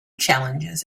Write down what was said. challenges